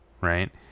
right